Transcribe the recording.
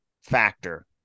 factor